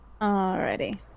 Alrighty